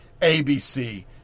ABC